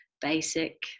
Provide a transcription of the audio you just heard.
Basic